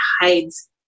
hides